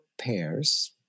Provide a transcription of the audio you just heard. pairs